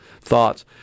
thoughts